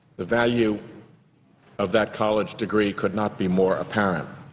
the value of that college degree could not be more apparent.